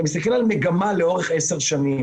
אתה מסתכל על מגמה לאורך עשר שנים.